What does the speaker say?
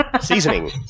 Seasoning